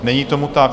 Není tomu tak.